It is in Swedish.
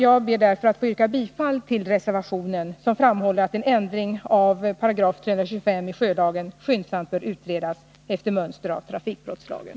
Jag ber därför att få yrka bifall till reservationen, där det framhålls att en ändring av 325 § sjölagen skyndsamt bör utredas efter mönster av trafikbrottslagen.